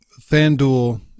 FanDuel